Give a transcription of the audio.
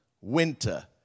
winter